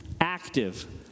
Active